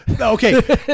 okay